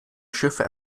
schiffe